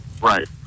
Right